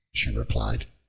she replied,